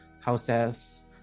houses